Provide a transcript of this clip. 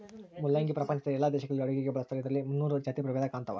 ಮುಲ್ಲಂಗಿ ಪ್ರಪಂಚದ ಎಲ್ಲಾ ದೇಶಗಳಲ್ಲಿ ಅಡುಗೆಗೆ ಬಳಸ್ತಾರ ಇದರಲ್ಲಿ ಮುನ್ನೂರು ಜಾತಿ ಪ್ರಭೇದ ಇದಾವ